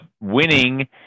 winning